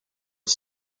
are